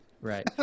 Right